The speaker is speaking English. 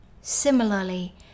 Similarly